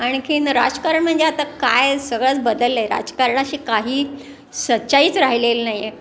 आणखी राजकारण म्हणजे आता काय सगळंच बदललं आहे राजकारणाशी काही सच्चाईच राहिलेली नाही आहे